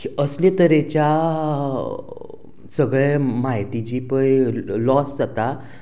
असले तरेच्या सगळे म्हायतीची पय लॉस जाता